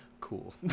Cool